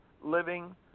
living